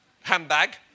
handbag